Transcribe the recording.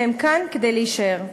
והם כאן כדי להישאר.